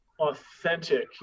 authentic